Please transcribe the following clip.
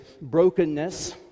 brokenness